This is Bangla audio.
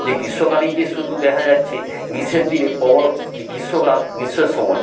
যে গ্রীষ্মকালেই যে শুধু দেখা যাচ্ছে গ্রীষ্মের দিনে প্রবল যে গ্রীষ্মকাল গ্রীষ্মের সময়